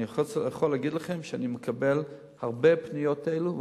אני מקבל הרבה פניות כאלה,